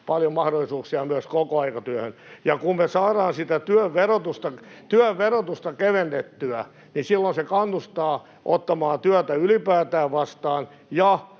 paljon mahdollisuuksia myös kokoaikatyöhön. Ja kun me saadaan sitä työn verotusta kevennettyä, niin silloin se kannustaa ottamaan työtä ylipäätään vastaan